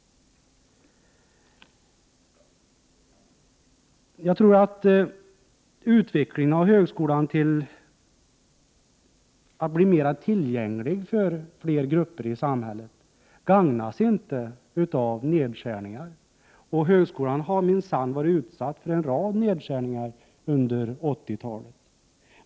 Jag tror att högskolans utveckling till att bli mer tillgänglig för fler grupper i samhället inte gagnas av nedskärningar. Högskolan har minsann varit utsatt för en rad nedskärningar under 80-talet.